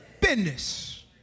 business